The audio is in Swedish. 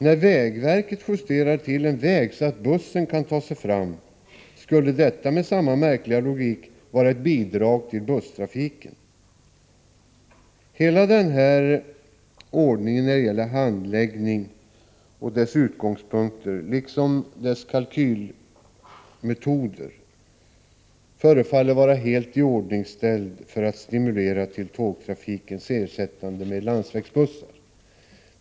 När vägverket justerar en väg så att bussen kan ta sig fram, skulle detta med samma märkliga logik vara ett bidrag till busstrafiken. Hela denna handläggningsordning och dess utgångspunkter liksom dess kalkyleringsmetoder förefaller helt enkelt vara till för att stimulera till tågtrafikens ersättande med landsvägsbussar.